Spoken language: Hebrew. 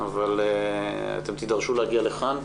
אבל אתם תידרשו להגיע לכאן.